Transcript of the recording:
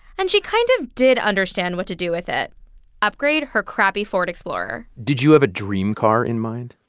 and she kind of did understand what to do with it upgrade her crappy ford explorer did you have a dream car in mind?